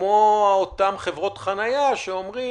כמו אותן חברות חניה שאומרות,